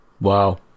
wow